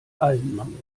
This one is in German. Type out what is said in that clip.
eisenmangel